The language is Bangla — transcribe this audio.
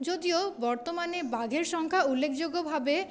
যদিও বর্তমানে বাঘের সংখ্যা উল্লেখযোগ্যভাবে